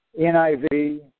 NIV